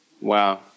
Wow